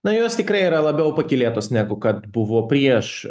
na jos tikrai yra labiau pakylėtos negu kad buvo prieš